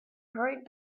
hurried